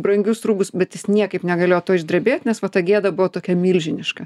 brangius rūbus bet jis niekaip negalėjo to išdrebėt nes po to gėda buvo tokia milžiniška